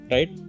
Right